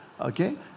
Okay